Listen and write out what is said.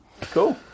Cool